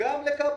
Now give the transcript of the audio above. גם לקפלן.